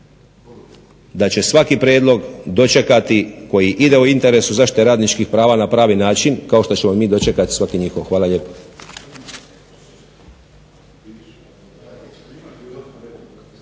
potez, svaki prijedlog dočekati koji ide u interesu zaštite radničkih prava na pravi način kao što ćemo mi dočekati svaki njihov. Hvala lijepo.